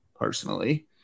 personally